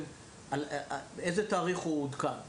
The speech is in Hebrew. באיזה תאריך הוא עודכן?